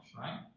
right